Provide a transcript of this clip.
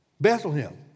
Bethlehem